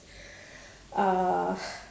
uh